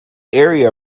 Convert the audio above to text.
area